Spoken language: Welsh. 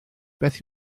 beth